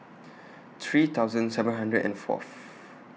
three thousand seven hundred and Fourth